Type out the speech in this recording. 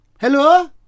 Hello